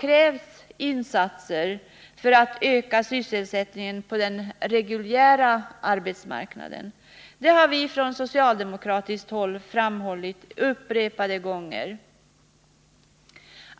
krävsinsatser för att öka sysselsättningen på den reguljära arbetsmarknaden, vilket vi socialdemokrater har framhållit upprepade gånger.